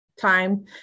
time